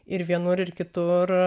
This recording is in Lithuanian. ir vienur ir kitur